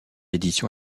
édition